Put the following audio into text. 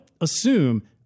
assume